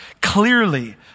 Clearly